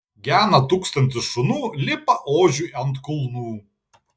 gena tūkstantis šunų lipa ožiui ant kulnų